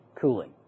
cooling